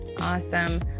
Awesome